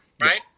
right